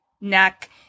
neck